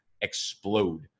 explode